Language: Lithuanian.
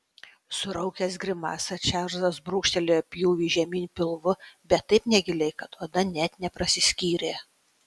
suraukęs grimasą čarlzas brūkštelėjo pjūvį žemyn pilvu bet taip negiliai kad oda net neprasiskyrė